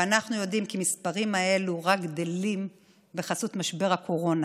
ואנחנו יודעים שהמספרים האלה רק גדלים בחסות משבר הקורונה.